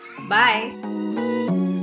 Bye